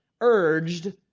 urged